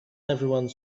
everyone